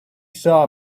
saw